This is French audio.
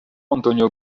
antonio